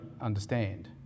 understand